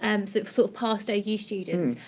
um sort of so past yeah ou students,